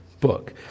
book